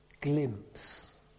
glimpse